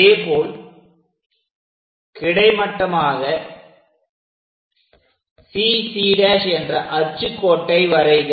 அதேபோல் கிடைமட்டமாக CC' என்ற அச்சு கோட்டை வரைக